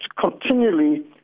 continually